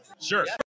Sure